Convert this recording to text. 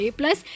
plus